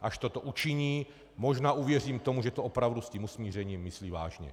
Až toto učiní, možná uvěřím tomu, že to opravdu s tím usmířením myslí vážně.